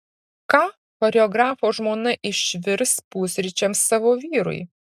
ką choreografo žmona išvirs pusryčiams savo vyrui